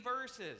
verses